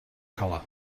color